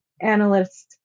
analysts